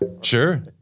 Sure